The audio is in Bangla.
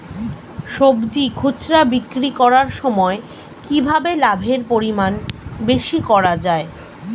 সবজি খুচরা বিক্রি করার সময় কিভাবে লাভের পরিমাণ বেশি করা যায়?